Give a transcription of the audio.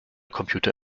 computer